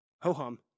ho-hum